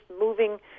moving